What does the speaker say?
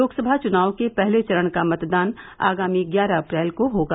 लोकसभा चुनाव के पहले चरण का मतदान आगामी ग्यारह अप्रैल को होगा